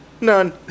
None